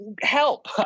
help